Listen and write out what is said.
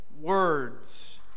words